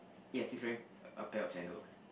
yes he's wearing a pair of sandals